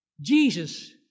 Jesus